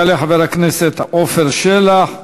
יעלה חבר הכנסת עפר שלח,